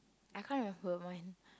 I can't remember when